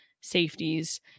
safeties